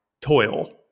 toil